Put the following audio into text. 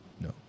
No